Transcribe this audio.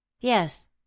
Yes